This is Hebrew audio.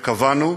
שקבענו,